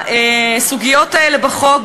הסוגיות האלה בחוק,